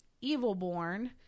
evil-born